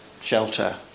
shelter